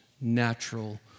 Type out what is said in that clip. natural